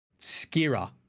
Skira